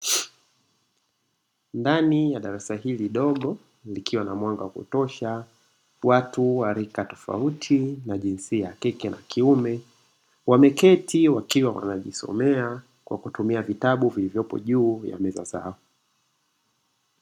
Ndani ya darasa hili dogo likiwa na mwanga wa kutosha, watu wa rika tofauti na jinsia ya kike na kiume, wameketi wakiwa wanajisomea kwa kutumia vitabu vilivyopo juu ya meza zao.